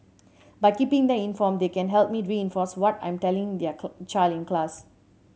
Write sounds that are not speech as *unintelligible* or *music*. by keeping them informed they can help me reinforce what I'm telling their *unintelligible* child in class